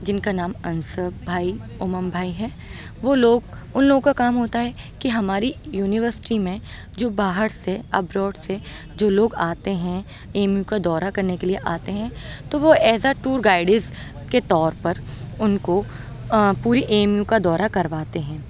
جن كا نام انسب بھائی اُمم بھائی ہیں وہ لوگ اُن لوگوں كا كام ہوتا ہے کہ ہماری یونیورسٹی میں جو باہر سے ابروڈ سے جو لوگ آتے ہیں اے ایم یو کا دورہ کرنے کے لیے آتے ہیں تو وہ ایز آ ٹور گائیڈس كے طور پر اُن كو پوری اے ایم یو کا دورہ کرواتے ہیں